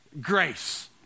grace